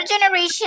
generation